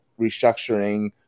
restructuring